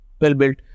well-built